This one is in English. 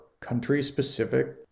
country-specific